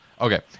Okay